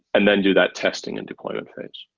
and then do that testing in deployment phase.